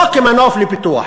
לא כמנוף לפיתוח,